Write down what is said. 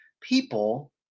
people